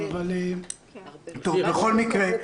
בכל מקרה,